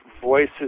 voices